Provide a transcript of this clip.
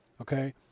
Okay